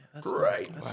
Great